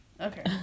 Okay